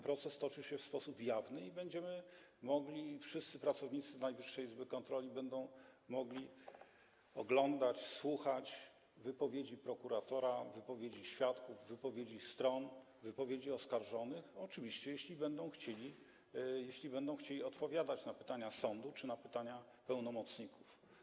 Proces toczy się w sposób jawny i będziemy mogli, wszyscy pracownicy Najwyższej Izby Kontroli będą mogli oglądać to, słuchać wypowiedzi prokuratora, wypowiedzi świadków, wypowiedzi stron, wypowiedzi oskarżonych, oczywiście jeśli będą oni chcieli odpowiadać na pytania sądu czy na pytania pełnomocników.